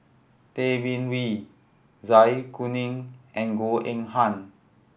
Tay Bin Wee Zai Kuning and Goh Eng Han